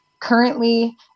currently